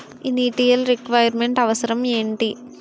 Initial requirement అవసరం ఎంటి?